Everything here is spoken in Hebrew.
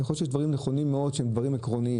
יכול להיות שיש דברים נכונים מאוד שהם דברים עקרוניים,